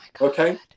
Okay